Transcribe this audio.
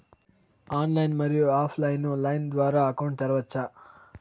Online, మరియు offline line ద్వారా account తెరవచ్చా?